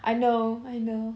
I know I know